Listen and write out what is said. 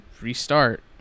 restart